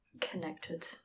connected